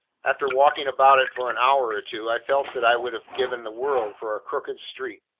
after walking about it for an hour or two, i felt that i would have given the world for a crooked street.